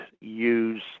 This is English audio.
use